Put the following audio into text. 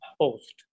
Post